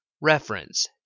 Reference